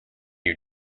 you